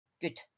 Good